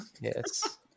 Yes